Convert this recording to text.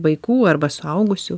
vaikų arba suaugusių